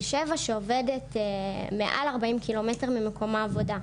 שבע שעובדת מעל 40 ק"מ ממקום העבודה.